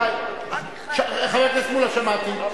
חבר הכנסת מולה, שמעתי.